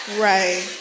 Right